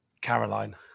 Caroline